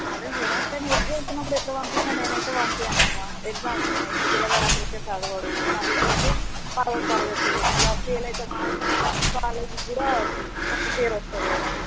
సరే మ్యాడమ్ కానీ ఎగ్జామ్స్ ఉన్నపుడు ఎట్లా పంపిస్తాను నేను అయితే పంపియను అమ్మ ఎగ్జామ్స్ ఉన్నాయి మీ పిల్లవాడు అసలు చదువుడు మళ్ళీ ఇప్పటికే పదవ తరగతి మళ్ళా ఫెయిల్ అయితే మా మా కాలేజీకి కూడా తప్పు పేరు వస్తుంది కదా